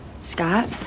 Scott